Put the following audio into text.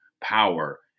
power